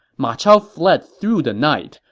ma chao fled through the night.